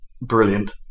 brilliant